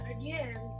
again